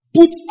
Put